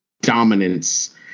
dominance